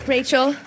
Rachel